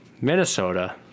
Minnesota